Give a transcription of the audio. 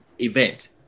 event